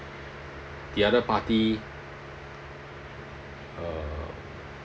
the other party uh